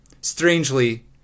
strangely